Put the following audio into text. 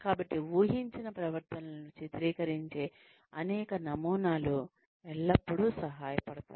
కాబట్టి ఊహించిన ప్రవర్తనలను చిత్రీకరించే అనేక నమూనాలు ఎల్లప్పుడూ సహాయపడతాయి